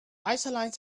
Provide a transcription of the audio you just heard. isolines